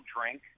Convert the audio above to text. drink